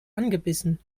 angebissen